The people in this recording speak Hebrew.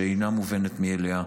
שאינה מובנת מאליה,